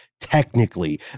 technically